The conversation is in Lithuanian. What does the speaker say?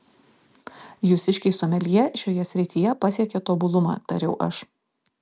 jūsiškiai someljė šioje srityje pasiekė tobulumą tariau aš